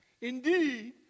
indeed